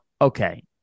Okay